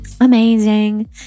Amazing